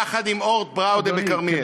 יחד עם "אורט בראודה" בכרמיאל,